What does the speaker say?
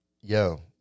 Yo